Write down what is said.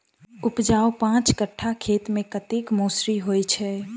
उपजाउ पांच कट्ठा खेत मे कतेक मसूरी होइ छै?